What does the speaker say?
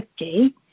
50